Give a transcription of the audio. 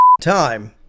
time